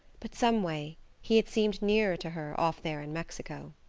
but some way he had seemed nearer to her off there in mexico.